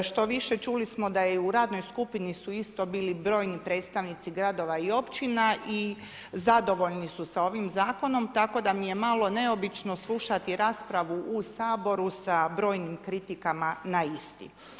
Štoviše, čuli smo da je i u radnoj skupini su isto bili brojni predstavnici gradova i općina i zadovoljni su sa ovim zakonom tako da mi je malo neobično slušati raspravu u Saboru sa brojnim kritikama na isti.